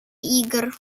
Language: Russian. игр